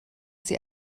sie